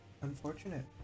Unfortunate